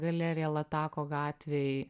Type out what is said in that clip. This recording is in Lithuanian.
galerija latako gatvėj